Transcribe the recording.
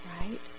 right